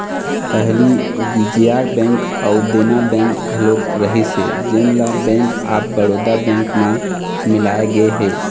पहली विजया बेंक अउ देना बेंक घलोक रहिस हे जेन ल बेंक ऑफ बड़ौदा बेंक म मिलाय गे हे